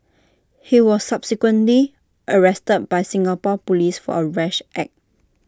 he was subsequently arrested by Singapore Police for A rash act